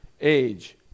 age